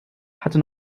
hatte